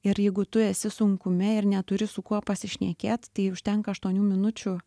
ir jeigu tu esi sunkume ir neturi su kuo pasišnekėt tai užtenka aštuonių minučių